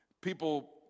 People